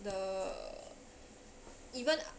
the even